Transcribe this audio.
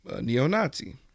neo-Nazi